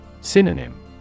Synonym